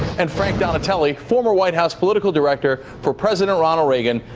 and frank donatelli, former white house political director for president ronald reagan,